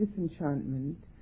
disenchantment